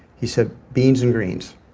he said beans and greens.